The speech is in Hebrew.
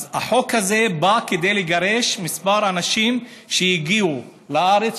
אז החוק הזה בא לגרש אנשים שהגיעו לארץ,